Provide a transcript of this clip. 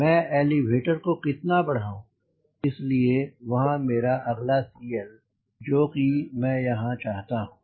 मैं एलीवेटर को कितना बढ़ाऊं इसलिए वहां मेरा अगला CLजो मैं यहां चाहता हूं